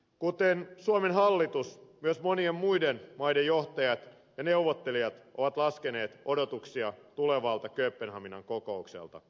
kuten suomen hallitus myös monien muiden maiden johtajat ja neuvottelijat ovat laskeneet odotuksia tulevalta kööpenhaminan kokoukselta